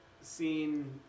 seen